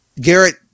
Garrett